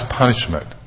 punishment